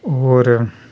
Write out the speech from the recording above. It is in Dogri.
होर